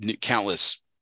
countless